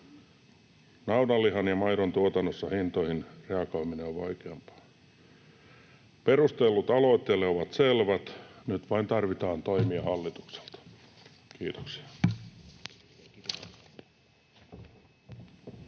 Naudanlihan ja maidon tuotannossa hintoihin reagoiminen on vaikeampaa.” Perustelut aloitteelle ovat selvät. Nyt vain tarvitaan toimia hallitukselta. — Kiitoksia.